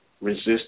Resist